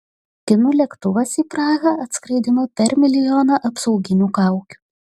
kinų lėktuvas į prahą atskraidino per milijoną apsauginių kaukių